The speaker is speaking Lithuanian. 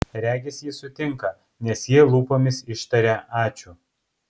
regis jis sutinka nes ji lūpomis ištaria ačiū